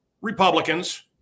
Republicans